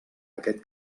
aquest